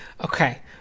okay